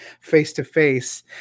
face-to-face